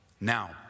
Now